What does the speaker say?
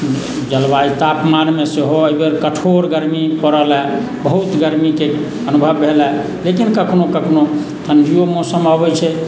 जलवायु तापमानमे सेहो एहिबेर कठोर गर्मी पड़लै बहुत गर्मीके अनुभव भेला लेकिन कखनो कखनो ठण्डीओ मौसम अबैत छै